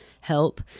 help